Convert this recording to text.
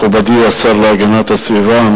מכובדי השר להגנת הסביבה,